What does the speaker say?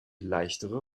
leichtere